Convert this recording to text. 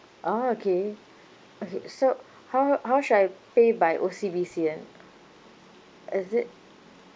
oh okay okay so how how should I pay by O_C_B_C and is it